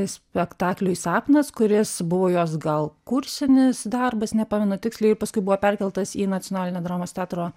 spektakliui sapnas kuris buvo jos gal kursinis darbas nepamenu tiksliai ir paskui buvo perkeltas į nacionalinio dramos teatro